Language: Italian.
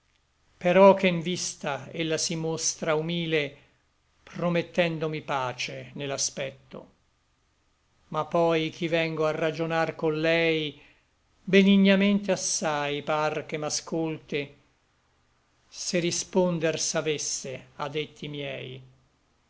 che n vista ella si mostra humile promettendomi pace ne l'aspetto ma poi ch'i vengo a ragionar co llei benignamente assai par che m'ascolte se risponder savesse a detti miei